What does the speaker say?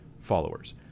followers